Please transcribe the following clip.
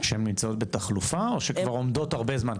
שהן נמצאות בתחלופה או שכבר עומדות הרבה זמן?